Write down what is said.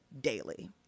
daily